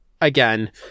again